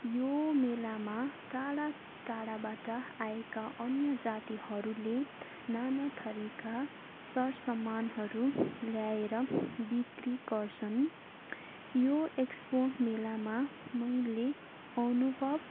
यो मेलामा टाडा टाडाबाट आएका अन्य जातिहरूले नानाथरीका सर सामानहरू ल्याएर बिक्री गर्छन् यो एक्सपो मेलामा मैले अनुभव